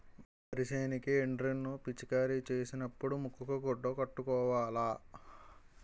వరి సేనుకి ఎండ్రిన్ ను పిచికారీ సేసినపుడు ముక్కుకు గుడ్డ కట్టుకోవాల